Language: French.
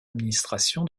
administration